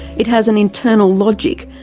it has an internal logic,